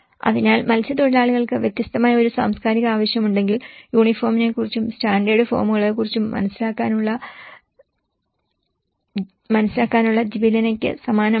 അതിനാൽ മത്സ്യത്തൊഴിലാളിക്ക് വ്യത്യസ്തമായ ഒരു സാംസ്കാരിക ആവശ്യമുണ്ടെങ്കിൽ യൂണിഫോമിനെക്കുറിച്ചും സ്റ്റാൻഡേർഡ് ഫോമുകളെക്കുറിച്ചും മനസ്സിലാക്കാനുള്ള ജിബെലിനയ്ക്ക് സമാനമാണ്